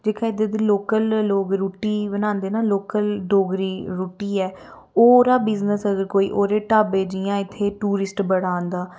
जेह्के इद्धर दे लोकल लोक रुट्टी बनांदे ना लोकल डोगरी रुट्टी ऐ ओह्दा बिजनेस अगर कोई ओह्दे ढाबे जियां इत्थै टूरिस्ट बड़ा आंदा